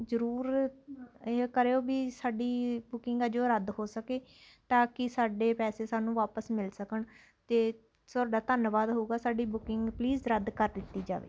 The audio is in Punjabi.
ਜ਼ਰੂਰ ਇਹ ਕਰਿਓ ਵੀ ਸਾਡੀ ਬੁਕਿੰਗ ਆ ਜੋ ਰੱਦ ਹੋ ਸਕੇ ਤਾਂ ਕਿ ਸਾਡੇ ਪੈਸੇ ਸਾਨੂੰ ਵਾਪਸ ਮਿਲ ਸਕਣ ਅਤੇ ਤੁਹਾਡਾ ਧੰਨਵਾਦ ਹੋਵੇਗਾ ਸਾਡੀ ਬੁਕਿੰਗ ਪਲੀਜ਼ ਰੱਦ ਕਰ ਦਿੱਤੀ ਜਾਵੇ